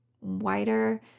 wider